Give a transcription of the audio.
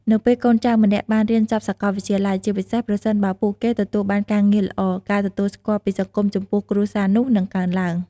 នៅពេលកូនចៅម្នាក់បានរៀនចប់សាកលវិទ្យាល័យ ជាពិសេសប្រសិនបើពួកគេទទួលបានការងារល្អ ការទទួលស្គាល់ពីសង្គមចំពោះគ្រួសារនោះនឹងកើនឡើង។